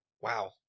Wow